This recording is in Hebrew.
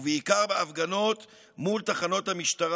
ובעיקר בהפגנות מול תחנות המשטרה,